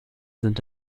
sind